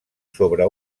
sobre